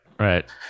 Right